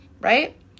right